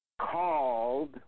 called